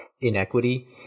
inequity